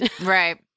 right